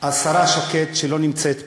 השרה שקד, שלא נמצאת פה,